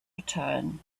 return